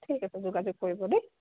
ঠিক আছে যোগাযোগ কৰিব দেই